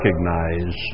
recognize